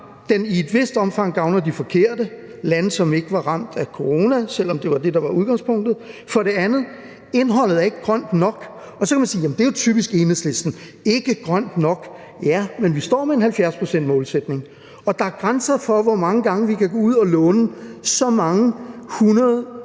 den i et vist omfang vil gavne de forkerte lande, som ikke var ramt af corona, selv om det var det, der var udgangspunktet. Det andet er, at indholdet ikke er grønt nok. Og så kan man sige, at det jo er typisk Enhedslisten – ikke grønt nok. Ja, men vi står med en 70-procentsmålsætning, og der er grænser for, hvor mange gange vi kan gå ud og låne så mange